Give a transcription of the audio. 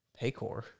Paycor